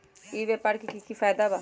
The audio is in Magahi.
ई व्यापार के की की फायदा है?